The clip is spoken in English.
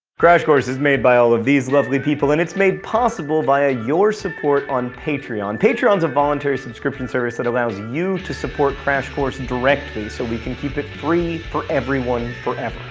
crash course is made by all of these lovely people and it's made possible via your support on patreon. patreon is a voluntary subscription service that allows you to support crash course and directly so we can keep it free for everyone forever.